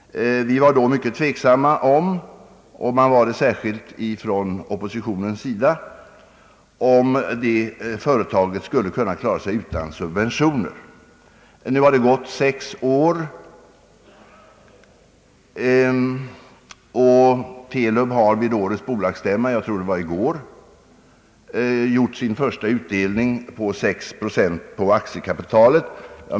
Vi var då mycket tveksamma, och särskilt var man det från oppositionens sida, om detta företag skulle kunna klara sig utan subventioner. Efter sex år har TELUB vid årets bolagsstämma — jag tror det var i går — lämnat sin första utdelning på sex procent av aktiekapitalet.